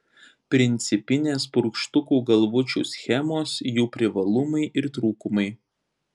principinės purkštukų galvučių schemos jų privalumai ir trūkumai